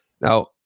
Now